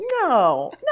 No